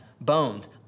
bones